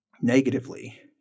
negatively